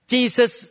Jesus